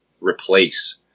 replace